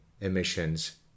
emissions